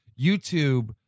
YouTube